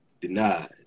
denied